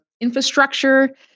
infrastructure